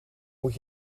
moet